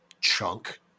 chunk